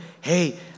hey